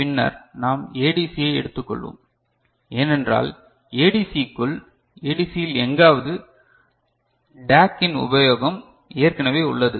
பின்னர் நாம் ADC ஐ எடுத்துக்கொள்வோம் ஏனென்றால் ADC க்குள் ADC இல் எங்காவது DAC இன் உபயோகம் ஏற்கனவே உள்ளது